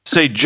Say